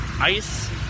ice